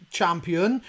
champion